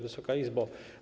Wysoka Izbo!